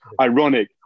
ironic